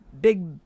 big